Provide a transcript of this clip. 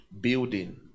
building